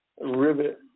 rivet